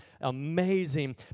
amazing